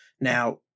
Now